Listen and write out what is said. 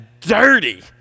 dirty